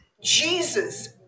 Jesus